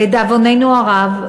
לדאבוננו הרב,